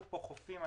הזכירו כאן חופים.